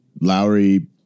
Lowry